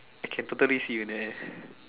I can totally see you in that